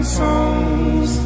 songs